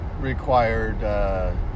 required